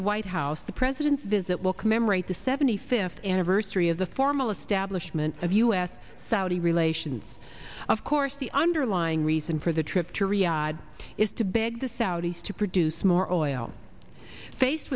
the white house the president's visit will commemorate the seventy fifth anniversary of the formal establishment of u s saudi relations of course the underlying reason for the trip to riyadh is to beg the saudis to produce more oil faced